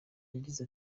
yagize